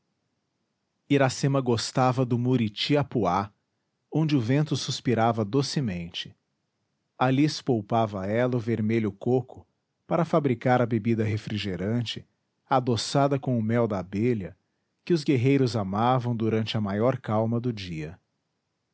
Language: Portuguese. iracema gostava do muritiapuá onde o vento suspirava docemente ali espolpava ela o vermelho coco para fabricar a bebida refrigerante adoçada com o mel da abelha que os guerreiros amavam durante a maior calma do dia